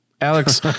Alex